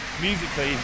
musically